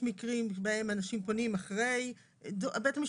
ישנם מקרים בהם אנשים פונים אחרי ובית המשפט,